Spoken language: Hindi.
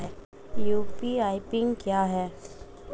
यू.पी.आई पिन क्या है?